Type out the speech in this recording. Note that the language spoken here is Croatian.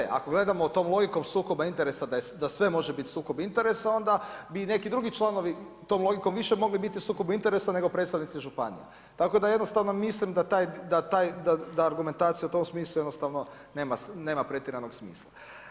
Pod c, ako gledamo tog logikom sukoba interesa da sve može biti sukob interesa, onda bi i neki drugi članovi tom logikom više mogli biti u sukobu interesa nego predstavnici županija tako da jednostavno mislim da argumentacija u tom smislu jednostavno nema pretjeranog smisla.